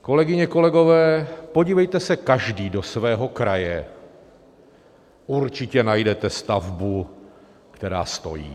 Kolegyně, kolegové, podívejte se každý do svého kraje, určitě najdete stavbu, která stojí.